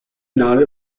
not